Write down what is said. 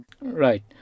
Right